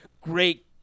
Great